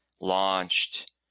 launched